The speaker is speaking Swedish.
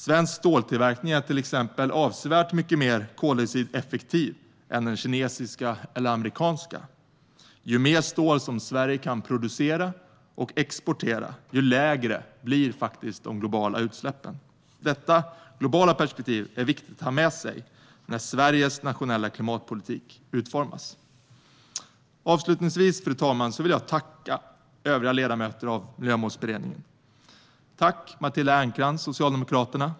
Svensk ståltillverkning är till exempel avsevärt mycket mer koldioxideffektiv än den kinesiska eller amerikanska. Ju mer stål Sverige kan producera och exportera, desto lägre blir de globala utsläppen. Detta globala perspektiv är viktigt att ha med sig när Sveriges nationella klimatpolitik utformas. Avslutningsvis, fru talman, vill jag tacka övriga ledamöter av Miljömålsberedningen. Tack, Matilda Ernkrans, Socialdemokraterna!